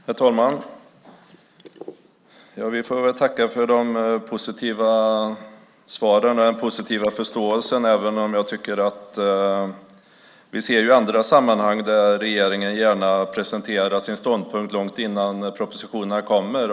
Herr talman! Vi får tacka för det positiva svaret och förståelsen även om jag tycker att vi i andra sammanhang ser att regeringen gärna presenterar sin ståndpunkt långt innan propositionerna kommer.